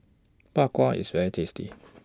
Bak Kwa IS very tasty